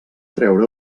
treure